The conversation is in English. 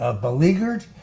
Beleaguered